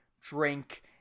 drink